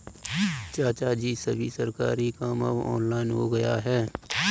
चाचाजी, सभी सरकारी काम अब ऑनलाइन हो गया है